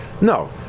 no